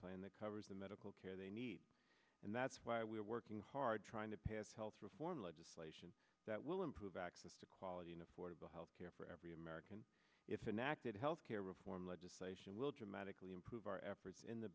plan that covers the medical care they need and that's why we're working hard trying to pass health reform legislation that will improve access to quality and affordable health care for every american it's an active health care reform legislation will dramatically improve our efforts in the